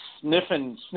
sniffing